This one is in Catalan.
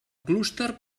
clúster